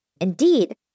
Indeed